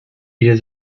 wieder